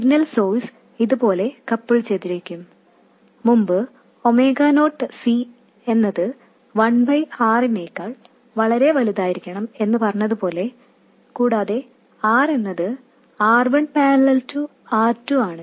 signal source ഇതുപോലെ couple ചെയ്തിരിക്കും മുമ്പ് ഒമേഗ നോട്ട് C എന്നത് 1 R നെക്കാൾ വളരെ വലുതായിരിക്കണം കൂടാതെ R എന്നത് R1 R2 നോട് സമാന്തരമായതാണ്